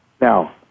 Now